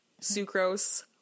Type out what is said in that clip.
sucrose